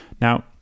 now